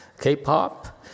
K-pop